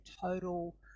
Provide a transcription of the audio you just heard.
total